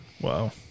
Wow